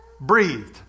breathed